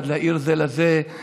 וגם נדע כל אחד להאיר זה לזה וקצת